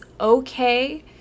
okay